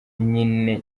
nyine